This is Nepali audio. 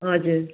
हजुर